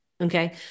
Okay